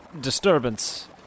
Disturbance